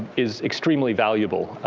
is extremely valuable.